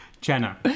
Jenna